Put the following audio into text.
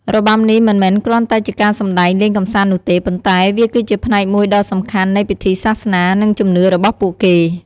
របាំនេះមិនមែនគ្រាន់តែជាការសម្តែងលេងកម្សាន្តនោះទេ ប៉ុន្តែវាគឺជាផ្នែកមួយដ៏សំខាន់នៃ ពិធីសាសនា និងជំនឿ របស់ពួកគេ។